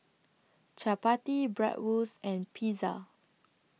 Chapati Bratwurst and Pizza